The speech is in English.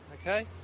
okay